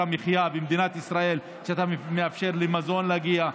המחיה במדינת ישראל כשאתה מאפשר למזון להגיע,